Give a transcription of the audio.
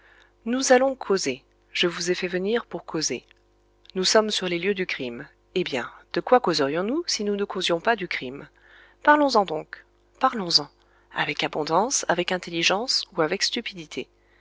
nous allons causer je vous ai fait venir pour causer nous sommes sur les lieux du crime eh bien de quoi causerions nous si nous ne causions pas du crime parlons-en donc parlons-en avec abondance avec intelligence ou avec stupidité